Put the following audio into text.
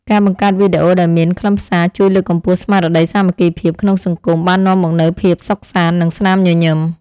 ការបង្កើតវីដេអូដែលមានខ្លឹមសារជួយលើកកម្ពស់ស្មារតីសាមគ្គីភាពក្នុងសង្គមបាននាំមកនូវភាពសុខសាន្ត និងស្នាមញញឹម។